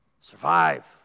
Survive